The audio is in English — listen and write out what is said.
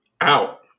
out